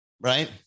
right